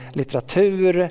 litteratur